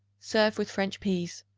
serve with french peas.